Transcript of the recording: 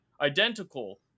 identical